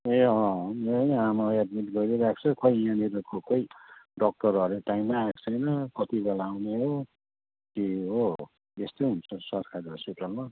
ए अँ मेरो पनि आमा एड्मिट गरिरहेको छु खोई यहाँनिरको कोही डक्टर अरे टाइममा आएको छैन कति बेला आउने हो के हो हो त्यस्तै हुन्छ सरकारी हस्पिटलमा